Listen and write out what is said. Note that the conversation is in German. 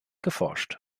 geforscht